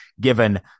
given